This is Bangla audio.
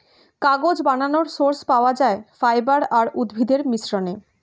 কাগজ বানানোর সোর্স পাওয়া যায় ফাইবার আর উদ্ভিদের মিশ্রণে